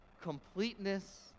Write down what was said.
completeness